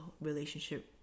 relationship